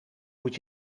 moet